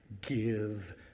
give